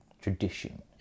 tradition